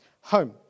home